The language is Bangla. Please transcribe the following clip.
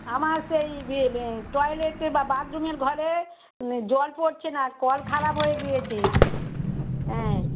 আমার সেই ইয়ে বে টয়লেট বা বাথরুমের ঘরে জল পড়ছে না কল খারাপ হয়ে গিয়েছে হ্যাঁ